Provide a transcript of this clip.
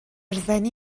زنی